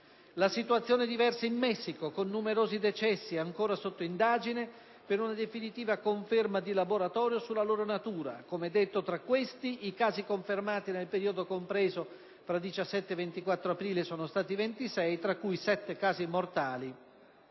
La situazione è diversa in Messico, con numerosi decessi, ancora sotto indagine per una definitiva conferma di laboratorio sulla loro natura. Come detto, tra questi, i casi confermati, nel periodo compreso tra il 17 e il 24 aprile, sono stati 26, tra cui 7 casi mortali.